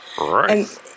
Right